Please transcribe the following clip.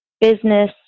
business